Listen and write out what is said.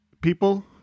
people